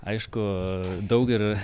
aišku daug ir